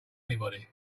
anybody